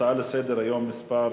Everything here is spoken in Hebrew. הצעה לסדר-היום מס'